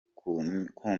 kumirwa